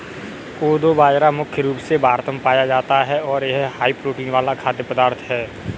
कोदो बाजरा मुख्य रूप से भारत में पाया जाता है और यह हाई प्रोटीन वाला खाद्य पदार्थ है